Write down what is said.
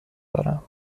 دارم